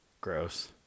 gross